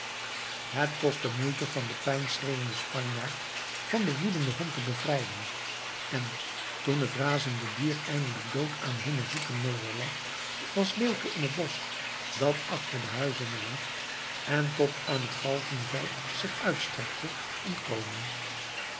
het kostte moeite den van pijn schreeuwenden spanjaard van den woedenden hond te bevrijden en toen het razende dier eindelijk dood aan hunne voeten nederlag was leeuwke in het bosch dat achter de huizinge lag en tot aan het galgeveld zich uitstrekte ontkomen